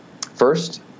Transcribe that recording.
first